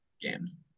games